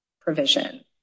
provision